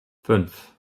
fünf